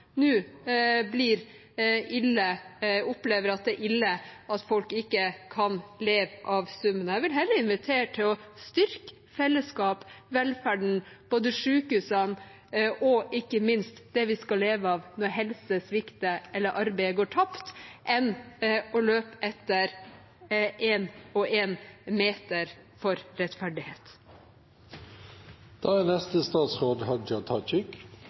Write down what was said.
opplever det som ille at folk ikke kan leve av summen. Jeg vil heller invitere til å styrke fellesskapet, velferden, sykehusene og ikke minst det vi skal leve av når helsen svikter eller arbeidet går tapt, enn å løpe etter en og en meter for